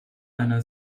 einer